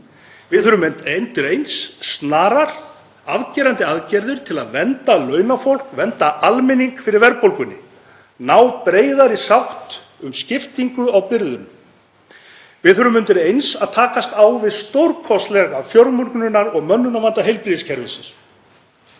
Við þurfum undir eins að takast á við stórkostlegan fjármögnunar- og mönnunarvanda heilbrigðiskerfisins.